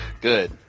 Good